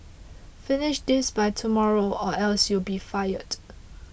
finish this by tomorrow or else you'll be fired